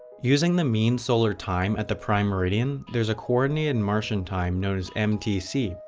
using the mean solar time at the prime meridian, there's a coordinated martian time known as mtc.